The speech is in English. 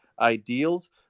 ideals